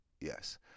yes